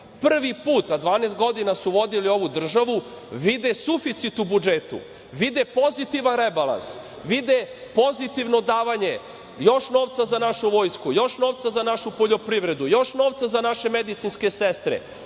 Prvi put, a 12 godina su vodili ovu državu, vide suficit u budžetu, vide pozitivan rebalans, vide pozitivno davanje, još novca za našu vojsku, još novca za našu poljoprivredu, još novca za naše medicinske sestre,